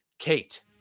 Kate